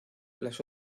las